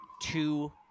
Two